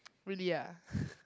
really ah